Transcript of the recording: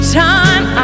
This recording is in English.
time